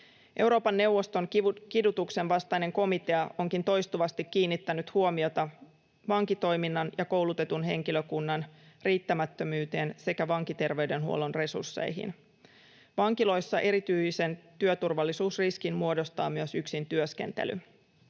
Euroopan neuvoston kidutuksen vastainen komitea onkin toistuvasti kiinnittänyt huomiota vankitoiminnan ja koulutetun henkilökunnan riittämättömyyteen sekä vankiterveydenhuollon resursseihin. Vankiloissa erityisen työturvallisuusriskin muodostaa myös yksin työskentely.